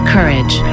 Courage